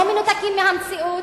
לא מנותקים מהמציאות?